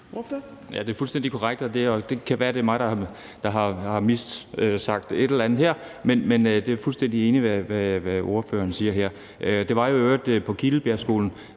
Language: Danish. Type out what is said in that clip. Det er fuldstændig korrekt, og det kan være, det er mig, der har sagt et eller andet forkert her. Men jeg er fuldstændig enig i, hvad ordføreren siger her. Og det var i øvrigt på Kildebjergskolen,